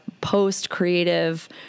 post-creative